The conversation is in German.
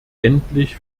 endlich